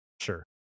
Sure